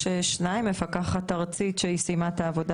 יש שניים מפקחת ארצית שהיא סיימה את העבודה